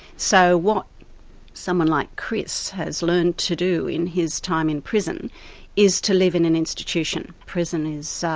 so what someone like chris has learned to do in his time in prison is to live in an institution. prison is